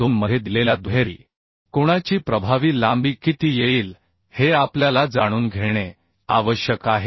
2 मध्ये दिलेल्या दुहेरी कोणाची प्रभावी लांबी किती येईल हे आपल्याला जाणून घेणे आवश्यक आहे